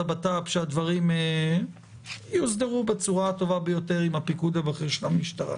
שהדברים יוסדרו בצורה הטובה ביותר עם הפיקוד הבכיר של המשטרה.